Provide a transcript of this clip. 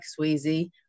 Sweezy